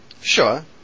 Sure